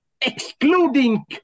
excluding